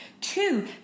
two